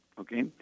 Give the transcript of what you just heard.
okay